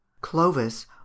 Clovis